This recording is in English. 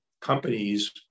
companies